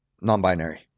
Non-binary